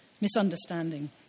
Misunderstanding